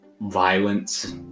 violence